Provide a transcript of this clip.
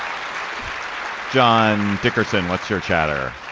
um john dickerson what's her chatter